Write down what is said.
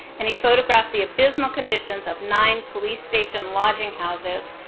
and he photographed the abysmal conditions of nine police station lodging houses,